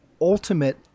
ultimate